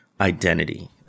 identity